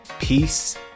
peace